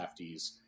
lefties